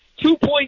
two-point